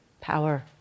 power